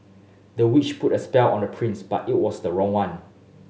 the witch put a spell on the prince but it was the wrong one